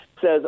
says